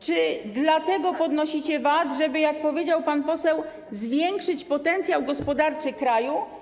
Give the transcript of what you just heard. Czy dlatego podnosicie VAT, żeby - jak powiedział pan poseł - zwiększyć potencjał gospodarczy kraju?